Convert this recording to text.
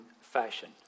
fashion